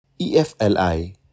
EFLI